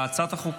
להצעת החוק,